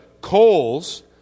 coals